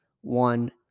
one